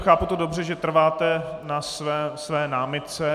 Chápu to dobře, že trváte na své námitce?